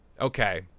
okay